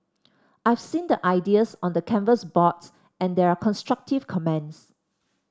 I've seen the ideas on the canvas boards and there are constructive comments